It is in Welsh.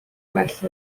gwell